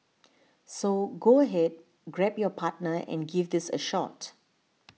so go ahead grab your partner and give these a shot